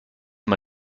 man